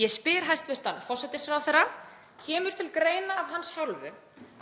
Ég spyr hæstv. forsætisráðherra: Kemur til greina af hans hálfu